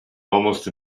almost